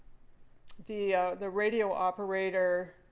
the the radio operator